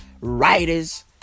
writers